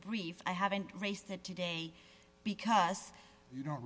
brief i haven't raised that today because you don't